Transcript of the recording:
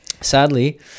Sadly